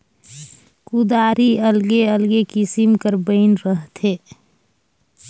कुदारी अलगे अलगे किसिम कर बइन रहथे